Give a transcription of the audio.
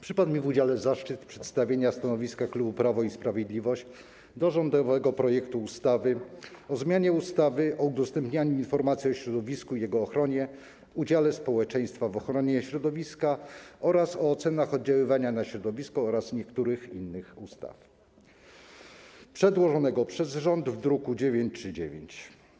Przypadł mi w udziale zaszczyt przedstawienia stanowiska klubu Prawo i Sprawiedliwość dotyczącego rządowego projektu ustawy o zmianie ustawy o udostępnianiu informacji o środowisku i jego ochronie, udziale społeczeństwa w ochronie środowiska oraz o ocenach oddziaływania na środowisko oraz niektórych innych ustaw, przedłożonego przez rząd w druku nr 939.